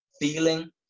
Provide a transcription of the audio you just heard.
feeling